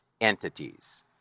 entities